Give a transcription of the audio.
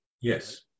Yes